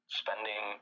spending